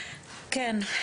כן.